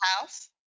house